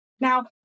Now